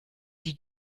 die